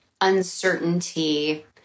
uncertainty